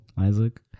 Isaac